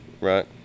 Right